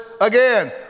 again